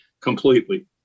completely